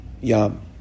Yam